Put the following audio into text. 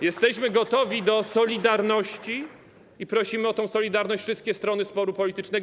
Jesteśmy gotowi do solidarności i prosimy o tę solidarność wszystkie strony sporu politycznego.